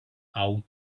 out